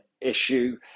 issue